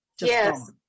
Yes